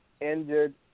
injured